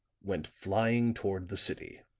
went flying toward the city.